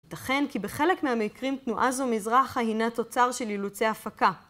ייתכן, כי בחלק מהמקרים תנועה זו מזרחה הינה תוצר של אילוצי הפקה.